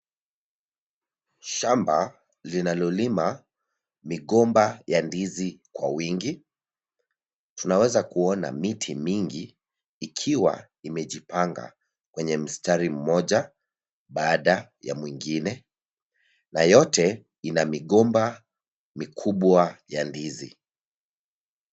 Shamba linalolima migomba ya ndizi kwa wingi. Tunaweza kuona miti mingi ikiwa imejipanga kwenye mstari mmoja baada ya mwingine, na yote ina migomba mikubwa ya ndizi.